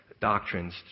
doctrines